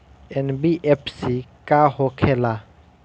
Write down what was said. NBFC का होंखे ला?